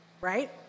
right